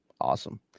awesome